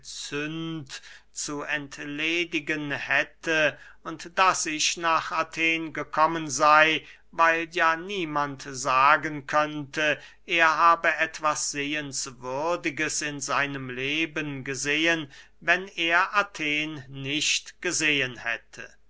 zu entledigen hätte und daß ich nach athen gekommen sey weil ja niemand sagen könnte er habe etwas sehenswürdiges in seinem leben gesehen wenn er athen nicht gesehen hätte